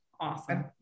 Awesome